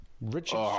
Richard